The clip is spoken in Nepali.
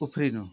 उफ्रिनु